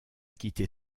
quitté